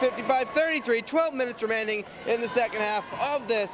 fifty by thirty three twelve minutes remaining in the second half of th